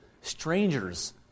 strangers